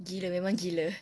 gila memang gila